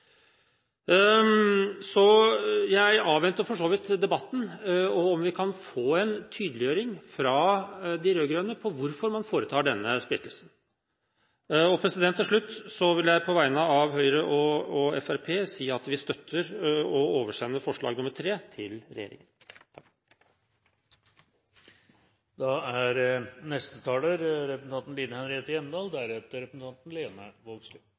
Jeg avventer for så vidt debatten og en tydeliggjøring fra de rød-grønne av hvorfor man foretar denne splittelsen. Til slutt vil jeg på vegne av Høyre og Fremskrittspartiet si at vi støtter at forslag nr. 3 oversendes til regjeringen.